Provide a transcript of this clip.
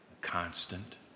constant